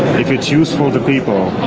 if it's useful to people,